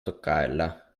toccarla